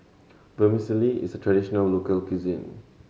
vermicelli is a traditional local cuisine